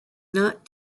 not